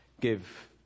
give